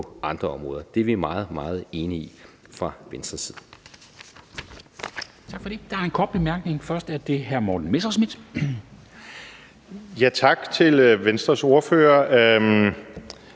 andre områder. Det er vi meget, meget enige i fra Venstres side.